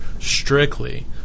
strictly